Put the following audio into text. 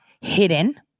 hidden